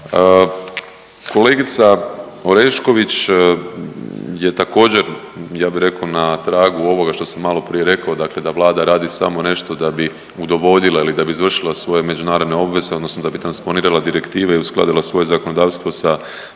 Kolegica Orešković je također ja bih rekao na tragu ovoga što sam malo prije rekao, dakle da Vlada radi samo nešto da bi udovoljila ili da bi izvršila svoje međunarodne obveze odnosno da bi transponirala direktive i uskladila svoje zakonodavstvo sa